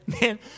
Man